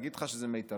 להגיד לך שזה מיטבי?